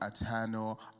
eternal